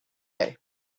play